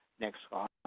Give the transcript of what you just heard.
next slide.